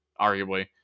arguably